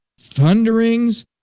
thunderings